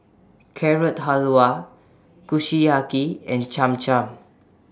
Carrot Halwa Kushiyaki and Cham Cham